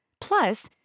Plus